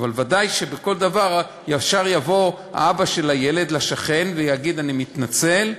אבל ודאי שבכל דבר ישר יבוא האבא של הילד לשכן ויגיד: אני מתנצל.